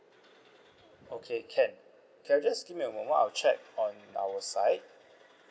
okay can can you just give me a moment I'll check on our side